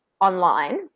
online